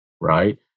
right